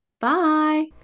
Bye